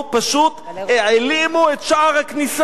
פשוט העלימו את שער הכניסה.